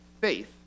faith